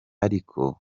ariko